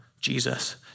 Jesus